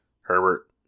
Herbert